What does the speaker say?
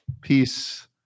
peace